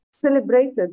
celebrated